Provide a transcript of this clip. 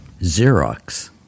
Xerox